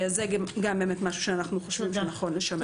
זה גם דבר שאנחנו סבורים שנכון לשמר.